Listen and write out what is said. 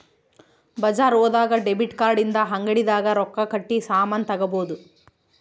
ಬಜಾರ್ ಹೋದಾಗ debit card ಇಂದ ಅಂಗಡಿ ದಾಗ ರೊಕ್ಕ ಕಟ್ಟಿ ಸಾಮನ್ ತಗೊಬೊದು